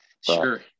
sure